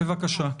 בבקשה.